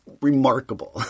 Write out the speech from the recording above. remarkable